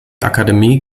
akademie